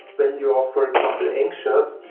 when you are, for example, anxious,